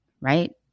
right